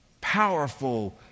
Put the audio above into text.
powerful